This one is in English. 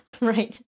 right